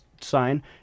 sign